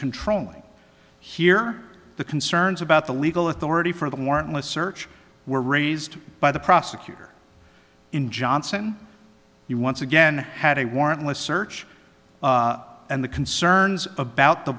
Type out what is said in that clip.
controlling here the concerns about the legal authority for the warrantless search were raised by the prosecutor in johnson he once again had a warrantless search and the concerns about the